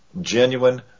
Genuine